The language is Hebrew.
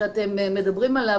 שאתם מדברים עליו,